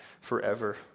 forever